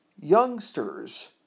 youngsters